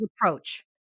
approach